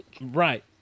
Right